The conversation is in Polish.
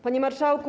Panie Marszałku!